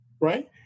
right